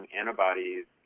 antibodies